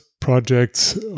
projects